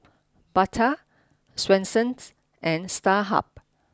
Bata Swensens and Starhub